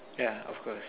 yeah of course